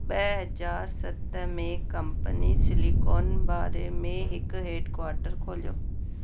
ॿ हज़ार सत में कंपनी सिलिकॉन वारे में हिकु हैडक्वार्टर खोलियो